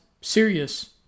serious